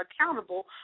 accountable